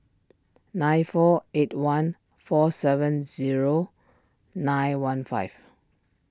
nine four eight one four seven zero nine one five